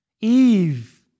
Eve